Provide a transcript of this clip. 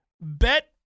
bet